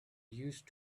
used